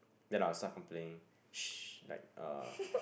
then I'll start complaining shh like uh